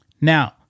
Now